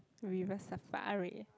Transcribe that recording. River Safari